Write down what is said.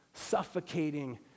suffocating